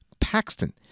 Paxton